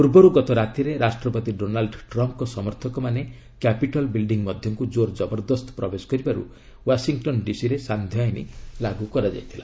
ପୂର୍ବରୁ ଗତ ରାତିରେ ରାଷ୍ଟ୍ରପତି ଡୋନାଲ୍ଡ ଟ୍ରମ୍ଫ୍ଙ୍କ ସମର୍ଥକମାନେ କ୍ୟାପିଟଲ ବିଲ୍ଡିଙ୍ଗ୍ ମଧ୍ୟକୁ ଜୋରଜବରଦସ୍ତ ପ୍ରବେଶ କରିବାରୁ ୱାଶିଂଟନ୍ ଡିସି ରେ ସାନ୍ଧ୍ୟ ଆଇନ୍ ଲାଗ୍ର କରାଯାଇଥିଲା